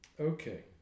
Okay